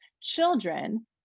children